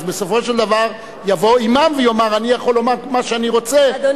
אז בסופו של דבר יבוא אימאם ויאמר: אני יכול לומר מה שאני רוצה,